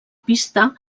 pista